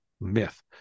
myth